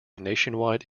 nationwide